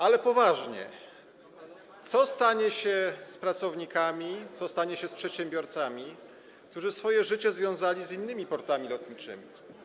Ale poważnie: Co stanie się z pracownikami, co stanie się z przedsiębiorcami, którzy swoje życie związali z innymi portami lotniczymi?